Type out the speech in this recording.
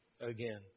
again